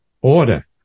order